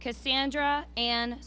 cassandra and